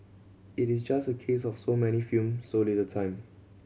it is just a case of so many film so little time